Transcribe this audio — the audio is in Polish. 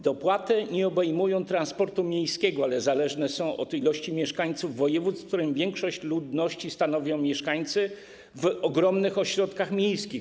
Dopłaty nie obejmują transportu miejskiego, ale zależne są od liczby mieszkańców województw, w których większość ludności stanowią mieszkańcy w ogromnych ośrodkach miejskich,